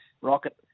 Rocket